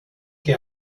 que